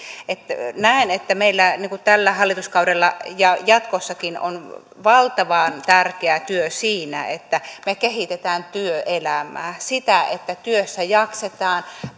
näen että meillä tällä hallituskaudella ja jatkossakin on valtavan tärkeä työ siinä että me kehitämme työelämää sitä että työssä jaksetaan